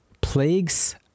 plagues